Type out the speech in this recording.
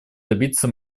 добиться